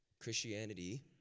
Christianity